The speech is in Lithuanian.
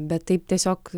bet taip tiesiog